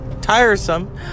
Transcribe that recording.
tiresome